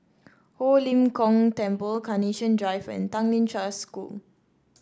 Ho Lim Kong Temple Carnation Drive and Tanglin Trust School